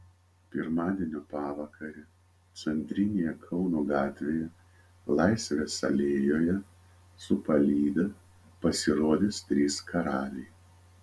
pirmadienio pavakarę centrinėje kauno gatvėje laisvės alėjoje su palyda pasirodys trys karaliai